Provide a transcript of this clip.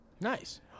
Nice